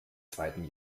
zweiten